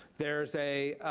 there's a